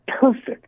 perfect